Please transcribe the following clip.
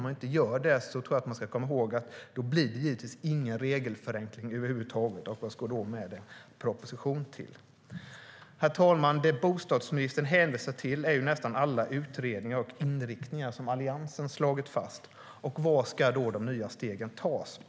Jag tror att man ska komma ihåg att om man inte gör det blir det givetvis ingen regelförenkling över huvud taget. Och vad ska man då med en proposition till? Herr talman! Det bostadsministern hänvisar till är nästan alla utredningar och inriktningar som Alliansen slagit fast. Var ska de nya stegen tas?